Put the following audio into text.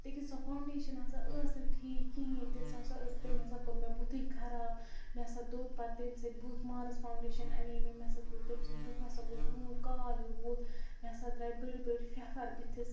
لیکن سۄ فانٛوڈیشَن ہَسا ٲس نہٕ ٹھیٖک کہیٖنۍ تہِ سۄ ہسا ٲس تٔمۍ ہَسا کوٚر مےٚ بُتھے خراب مےٚ ہسا دوٚد پَتہٕ تَمہِ سۭتۍ بُتھ مارٕس فانٛوڈیَشن اَنے مےٚ مےٚ ہسا دوٚد تَمہِ سۭتۍ بُتھ مےٚ ہسا گوٚو کرٛیٛوہُن کال ہیٛو بُتھ مےٚ ہَسا درٛاے بٔڑۍ بٔڑۍ فیٚفَر بُتھِس